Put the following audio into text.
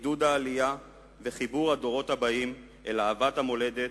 עידוד העלייה וחיבור הדורות הבאים אל אהבת המולדת,